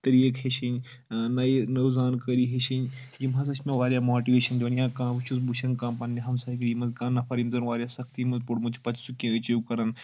طٔریٖقہٕ ہیٚچھِنۍ نیہِ نٔو زانکٲری ہیٚچھِنۍ یِم حظ ٲسۍ مےٚ واریاہ ماٹِویشَن دِوان یا کانٛہہ بہٕ چھُس وٕچھن کانٛہہ پَنٕنہِ ہمساے گٔری منٛز کانٛہہ نفر یِم زَن واریاہ سختی منٛز پوٚرمُت چھُ پَتہٕ چھُ سُہ کینٛہہ ایٚچیٖو کَران